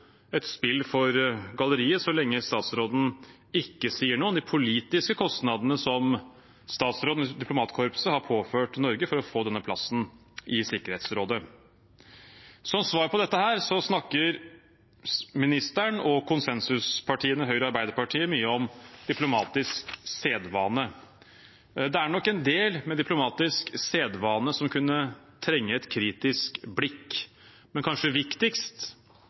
et spill for galleriet så lenge ministeren ikke sier noe om de politiske kostnadene som ministeren og diplomatkorpset har påført Norge for å få denne plassen i Sikkerhetsrådet. Som svar på dette snakker ministeren og konsensuspartiene Høyre og Arbeiderpartiet mye om diplomatisk sedvane. Det er nok en del diplomatisk sedvane som kunne trenge et kritisk blikk, men kanskje viktigst: